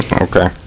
Okay